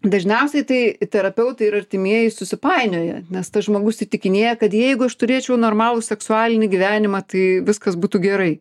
dažniausiai tai terapeutai ir artimieji susipainioja nes tas žmogus įtikinėja kad jeigu aš turėčiau normalų seksualinį gyvenimą tai viskas būtų gerai